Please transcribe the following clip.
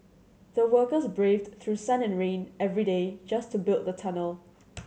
the workers braved through sun and rain every day just to build the tunnel